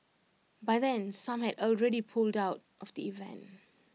by then some had already pulled out of the event